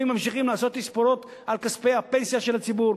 ממשיכים לעשות תספורות על כספי הפנסיה של הציבור,